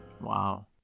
Wow